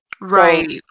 Right